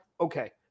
Okay